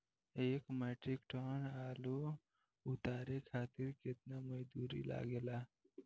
एक metric tonne आलू उतारे खातिर केतना मजदूरी लागेला?